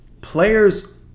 players